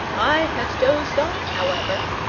i had dozed off, however,